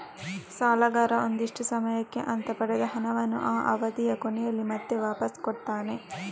ಸಾಲಗಾರ ಒಂದಿಷ್ಟು ಸಮಯಕ್ಕೆ ಅಂತ ಪಡೆದ ಹಣವನ್ನ ಆ ಅವಧಿಯ ಕೊನೆಯಲ್ಲಿ ಮತ್ತೆ ವಾಪಾಸ್ ಕೊಡ್ತಾನೆ